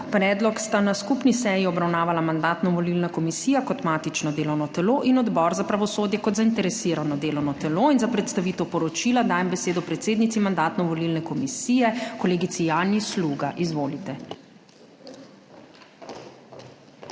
Predlog sta na skupni seji obravnavala Mandatno-volilna komisija kot matično delovno telo in Odbor za pravosodje kot zainteresirano delovno telo. Za predstavitev poročila dajem besedo predsednici Mandatno-volilne komisije kolegici Janji Sluga. Izvolite.